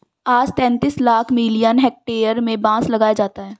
आज तैंतीस lakh million hectare में बांस लगाया जाता है